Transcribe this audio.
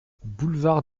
boulevard